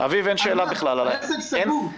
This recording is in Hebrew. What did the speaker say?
אביב, אין שאלה בכלל על העניין הזה.